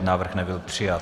Návrh nebyl přijat.